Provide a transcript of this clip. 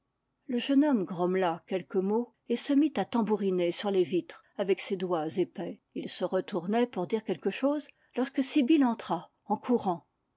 le jeune homme grommela quelques mots et se mit à tambouriner sur les vitres avec ses doigts épais il se retournait pour dire quelque chose lorsque sibyl entra en courant